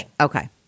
Okay